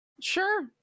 sure